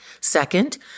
Second